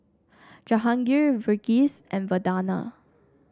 Jahangir Verghese and Vandana